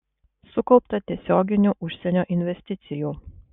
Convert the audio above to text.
sukaupta tiesioginių užsienio investicijų